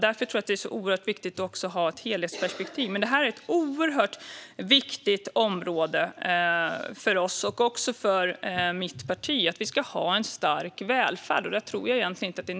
Därför tror jag att det är oerhört viktigt att ha ett helhetsperspektiv. Detta är ett oerhört viktigt område för oss, och det är också viktigt för mitt parti att vi ska ha en stark välfärd.